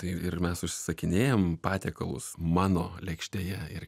tai ir mes užsisakinėjam patiekalus mano lėkštėje ir